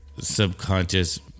subconscious